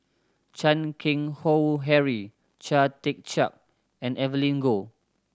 Chan Keng Howe Harry Chia Tee Chiak and Evelyn Goh